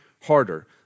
harder